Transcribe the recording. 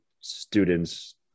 students